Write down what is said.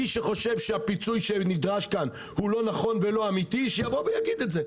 מי שחושב שהפיצוי שנדרש כאן הוא לא נכון ולא אמיתי שיבוא ויגיד את זה.